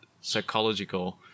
psychological